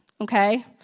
okay